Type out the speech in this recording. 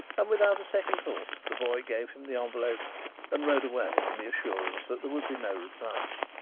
and without a second thought the boy gave him the envelope and rode away on the assurance that there would be no reply.